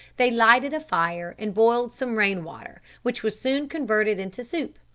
they lighted a fire and boiled some rain water, which was soon converted into soup.